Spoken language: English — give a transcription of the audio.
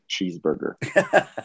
cheeseburger